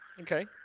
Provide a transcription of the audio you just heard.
Okay